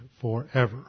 forever